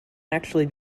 actually